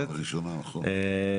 תכנון ובנייה (תיקון דיון בהחלטות ועדות משנה),